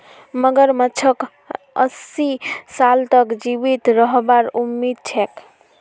मगरमच्छक अस्सी साल तक जीवित रहबार उम्मीद छेक